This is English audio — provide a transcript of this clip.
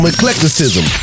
Eclecticism